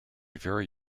very